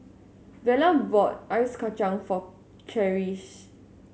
Vela bought Ice Kachang for Charisse